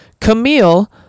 Camille